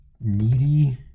needy